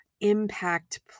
impact